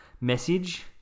message